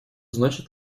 значит